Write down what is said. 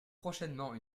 prochainement